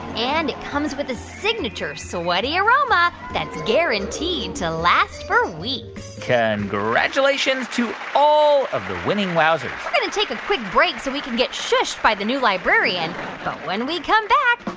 and it comes with a signature sweaty aroma that's guaranteed to last for weeks congratulations to all of the winning wowzers we're going to take a quick break so we can get shushed by the new librarian but when we come back,